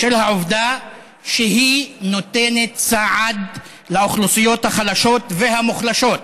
בשל העובדה שהיא נותנת סעד לאוכלוסיות החלשות והמוחלשות.